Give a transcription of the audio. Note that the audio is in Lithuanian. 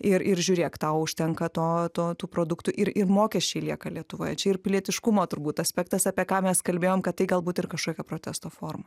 ir ir žiūrėk tau užtenka to to tų produktų ir ir mokesčiai lieka lietuvoje čia ir pilietiškumo turbūt aspektas apie ką mes kalbėjom kad tai galbūt ir kažkokia protesto forma